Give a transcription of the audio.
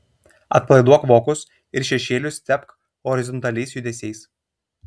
atpalaiduok vokus ir šešėlius tepk horizontaliais judesiais